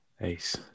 ace